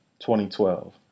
2012